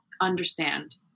understand